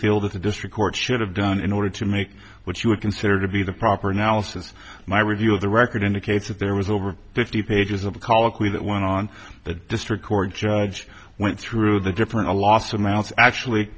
feel that the district court should have done in order to make what you would consider to be the proper analysis my review of the record indicates that there was over fifty pages of the colloquy that went on the district court judge went through the different a loss amounts actually